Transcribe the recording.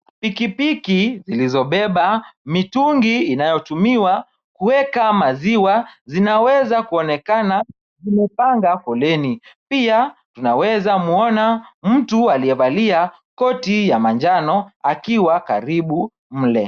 Pikipiki zilizobeba mitungi inayotumiwa kuweka maziwa. Zinaweza kuonekana zimepanga foleni ,pia tunaweza mwona mtu aliyevalia koti ya manjano akiwa karibu mle.